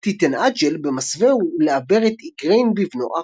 טינטאג'ל במסווה ולעבר את איגריין בבנו ארתור.